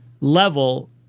level